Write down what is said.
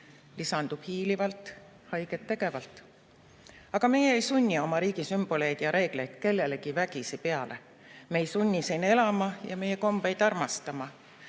Lisandub hiilivalt, haiget tegevalt. Aga meie ei sunni oma riigi sümboleid ja reegleid kellelegi vägisi peale. Me ei sunni siin elama ja meie kombeid armastama.